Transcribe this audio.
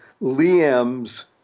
Liam's